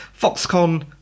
Foxconn